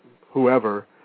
whoever